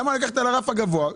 למה לקחת את הרף הגבוה,